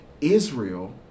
Israel